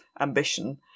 ambition